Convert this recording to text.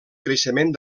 creixement